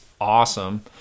awesome